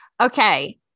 Okay